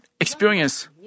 experience